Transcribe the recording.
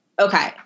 Okay